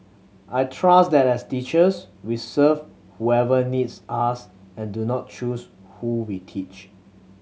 I trust that as teachers we serve whoever needs us and do not choose who we teach